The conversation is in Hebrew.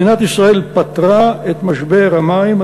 מדינת ישראל פתרה את משבר המים.